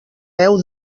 heu